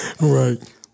Right